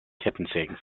kettensägen